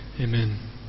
Amen